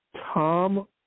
Tom